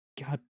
God